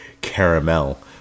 caramel